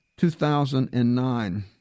2009